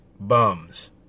bums